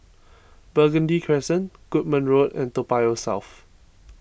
Burgundy Crescent Goodman Road and Toa Payoh South